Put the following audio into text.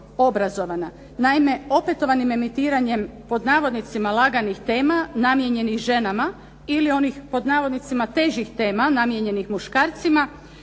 obrazovna. Naime, opetovanim emitiranjem "laganih tema namijenjenih ženama" ili onih "težih tema namijenjenih muškarcima"